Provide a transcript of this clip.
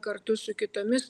kartu su kitomis